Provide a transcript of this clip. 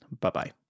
Bye-bye